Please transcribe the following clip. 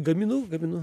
gaminu gaminu